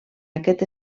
aquest